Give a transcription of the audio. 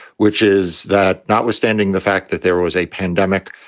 which is that notwithstanding the fact that there was a pandemic,